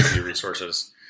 resources